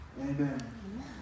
amen